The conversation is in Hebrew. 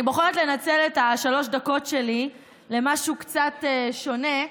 אני בוחרת לנצל את שלוש הדקות שלי למשהו קצת שונה,